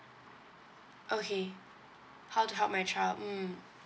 okay how to help my child mm